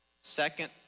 Second